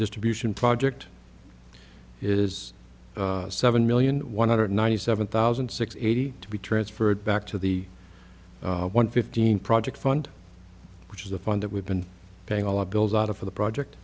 distribution project is seven million one hundred ninety seven thousand six eighty to be transferred back to the one fifteen project fund which is the fund that we've been paying all bills out of for the project